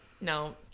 No